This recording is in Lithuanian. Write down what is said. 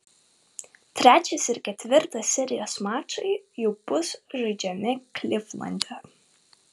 trečias ir ketvirtas serijos mačai jau bus žaidžiami klivlande